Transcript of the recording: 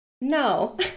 No